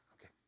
Okay